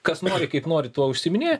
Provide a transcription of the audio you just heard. kas nori kaip nori tuo užsiiminėja